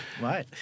Right